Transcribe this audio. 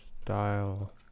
style